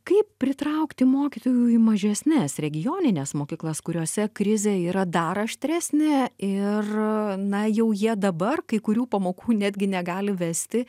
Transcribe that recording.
kaip pritraukti mokytojų į mažesnes regionines mokyklas kuriose krizė yra dar aštresnė ir na jau jie dabar kai kurių pamokų netgi negali vesti